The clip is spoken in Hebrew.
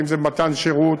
אם במתן שירות